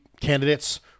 candidates